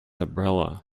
umbrella